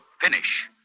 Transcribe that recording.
finish